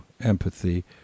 empathy